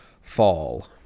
Fall